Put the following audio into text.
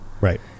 Right